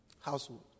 household